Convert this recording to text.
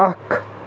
اَکھ